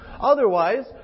Otherwise